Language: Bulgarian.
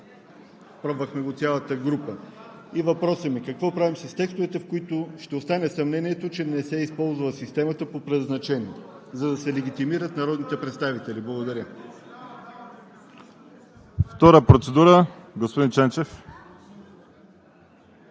пробвахме го цялата група. И въпросът ми: какво правим с текстовете, за които ще остане съмнението, че не се е използвала системата по предназначение, за да се легитимират народните представители? Благодаря.